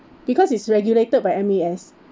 because it's regulated by M_A_S